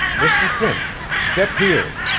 mr. finch, step here.